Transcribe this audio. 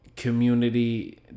community